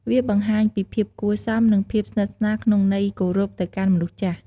វាបង្ហាញពីភាពគួរសម និងភាពស្និទ្ធស្នាលក្នុងន័យគោរពទៅកាន់មនុស្សចាស់។